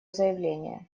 заявление